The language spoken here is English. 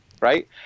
right